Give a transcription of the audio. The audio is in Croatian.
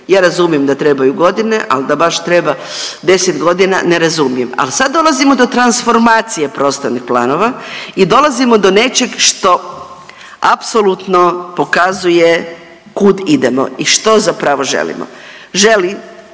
Ja razumijem da trebaju godine, ali da baš treba 10 godina ne razumijem, ali sad dolazimo do transformacije prostornih planova i dolazimo do nečeg što apsolutno pokazuje kud idemo i što zapravo želimo. Želi